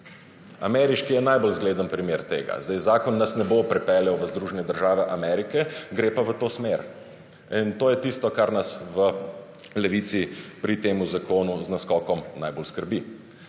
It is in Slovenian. Ameriški je najbolj zgleden primer tega. Zdaj zakon nas ne bo pripeljal v Združene države Amerike, gre pa v to smer in to je tisto kar nas v Levici pri temu zakonu z naskokom najbolj skrbi.